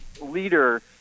leader